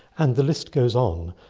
and the list goes on.